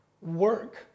work